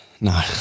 No